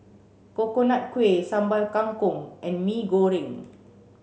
Coconut Kuih Sambal Kangkong and Mee Goreng